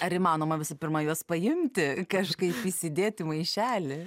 ar įmanoma visų pirma juos paimti kažkaip įsidėt į maišelį